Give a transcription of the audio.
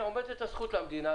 עומדת הזכות למדינה,